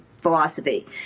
philosophy